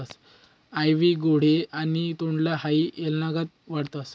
आइवी gourd आणि तोंडली हाई येलनागत वाढतस